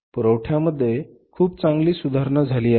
पुरवठ्यामध्ये खूप चांगली सुधारणा झाली आहे